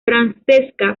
francesca